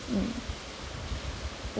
mm